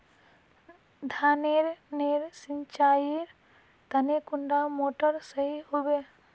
धानेर नेर सिंचाईर तने कुंडा मोटर सही होबे?